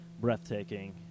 breathtaking